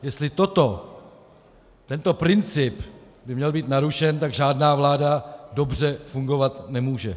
Jestli tento princip by měl být narušen, tak žádná vláda dobře fungovat nemůže.